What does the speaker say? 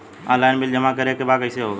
Online bill जमा करे के बा कईसे होगा?